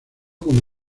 como